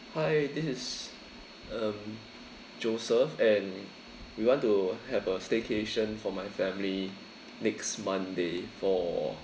hi this is um joseph and we want to have a staycation for my family next monday for